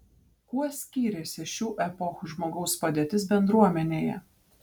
kuo skyrėsi šių epochų žmogaus padėtis bendruomenėje